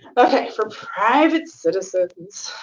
okay, for private citizens,